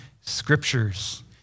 scriptures